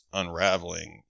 unraveling